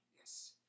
yes